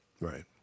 Right